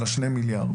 על השני מיליארד.